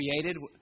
created